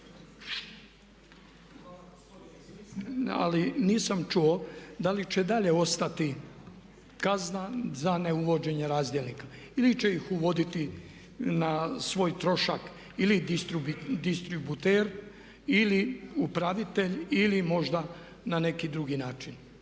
Ali nisam čuo da li će dalje ostati kazna za neuvođenje razdjelnika ili će ih uvoditi na svoj trošak ili distributer ili upravitelj ili možda na neki drugi način.